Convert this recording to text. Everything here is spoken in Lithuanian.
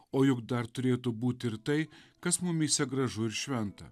o juk dar turėtų būti ir tai kas mumyse gražu ir šventa